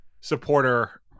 supporter